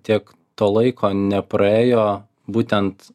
tiek to laiko nepraėjo būtent